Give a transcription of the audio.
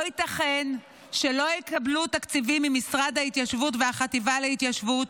לא ייתכן שלא יקבלו תקציבים ממשרד ההתיישבות ומהחטיבה להתיישבות,